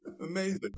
Amazing